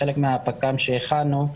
חלק מהפק"מ שהכנו,